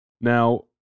Now